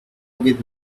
with